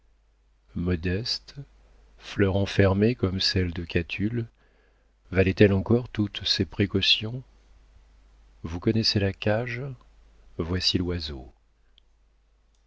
modeste fleur enfermée comme celle de catulle valait elle encore toutes ces précautions vous connaissez la cage voici l'oiseau